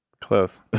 Close